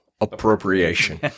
appropriation